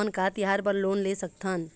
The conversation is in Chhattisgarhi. हमन का तिहार बर लोन ले सकथन?